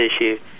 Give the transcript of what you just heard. issue